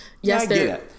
yes